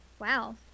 Wow